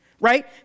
right